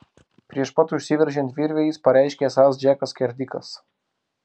prieš pat užsiveržiant virvei jis pareiškė esąs džekas skerdikas